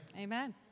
Amen